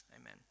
Amen